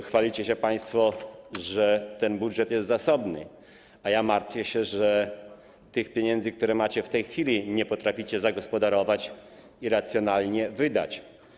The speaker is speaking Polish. Chwalicie się państwo, że ten budżet jest zasobny, a ja martwię się, że tych pieniędzy, które macie w tej chwili, nie potraficie zagospodarować i racjonalnie wydać.